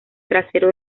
trasero